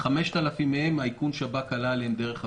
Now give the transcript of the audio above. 5,000 מהם איכון השב"כ עלה עליהם דרך הבידוד.